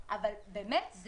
less.